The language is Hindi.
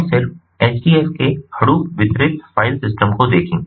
हम सिर्फ HDFs के Hadoop वितरित फ़ाइल सिस्टम को देखेंगे